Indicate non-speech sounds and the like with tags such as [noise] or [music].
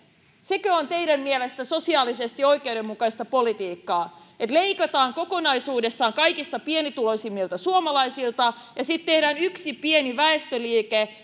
sekö on teidän mielestänne sosiaalisesti oikeudenmukaista politiikkaa että leikataan kokonaisuudessaan kaikista pienituloisimmilta suomalaisilta ja sitten tehdään yksi pieni väistöliike [unintelligible]